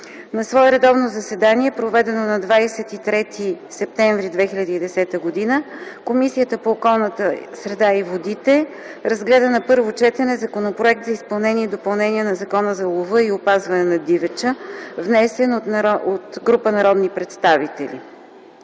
На свое редовно заседание, проведено на 23 септември 2010 г., Комисията по околната среда и водите разгледа на първо четене Законопроект за изменение и допълнение на Закона за лова и опазване на дивеча, внесен от група народни представители